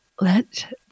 let